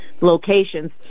locations